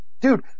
Dude